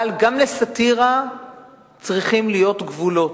אבל גם לסאטירה צריכים להיות גבולות.